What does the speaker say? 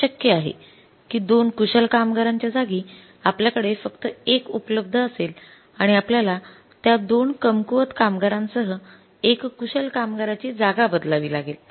हे शक्य आहे की 2 कुशल कामगारांच्या जागी आपल्या कडे फक्त 1 उपलब्ध असेल आणि आपल्याला त्या 2 कमकुवत कामगारांसह 1 कुशल कामगाराची जागा बदलावी लागेल